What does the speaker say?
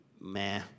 Meh